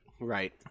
Right